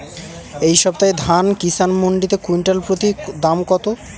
এই সপ্তাহে ধান কিষান মন্ডিতে কুইন্টাল প্রতি দাম কত?